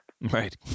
Right